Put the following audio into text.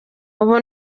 ubu